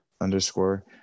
underscore